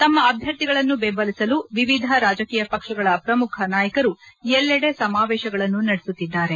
ತಮ್ಮ ಅಭ್ಯರ್ಥಿಗಳನ್ನು ಬೆಂಬಲಿಸಲು ವಿವಿಧ ರಾಜಕೀಯ ಪಕ್ಷಗಳ ಪ್ರಮುಖ ನಾಯಕರು ಎಲ್ಲೆಡೆ ಸಮಾವೇಶಗಳನ್ನು ನಡೆಸುತ್ತಿದ್ದಾರೆ